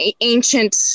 ancient